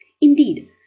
Indeed